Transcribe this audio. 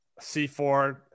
c4